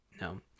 No